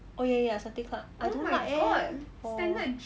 oh ya ya ya satay club I don't like eh orh